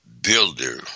builder